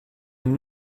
and